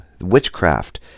witchcraft